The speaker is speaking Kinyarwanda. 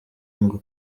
ngo